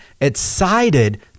excited